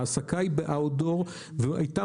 ההעסקה היא בחוץ, באוויר הפתוח, והייתה